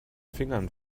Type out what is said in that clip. fingern